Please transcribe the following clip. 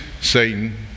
Satan